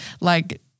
like-